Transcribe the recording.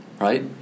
Right